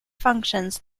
functions